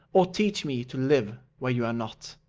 or teach me to live where you are not.